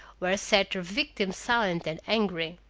where sat her victim silent and angry.